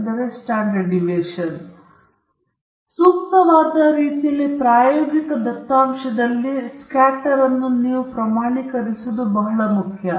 ಆದ್ದರಿಂದ ಸೂಕ್ತವಾದ ರೀತಿಯಲ್ಲಿ ಪ್ರಾಯೋಗಿಕ ದತ್ತಾಂಶದಲ್ಲಿ ಸ್ಕ್ಯಾಟರ್ ಅನ್ನು ನೀವು ಪ್ರಮಾಣೀಕರಿಸುವುದು ಬಹಳ ಮುಖ್ಯ